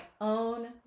own